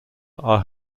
are